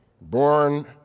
born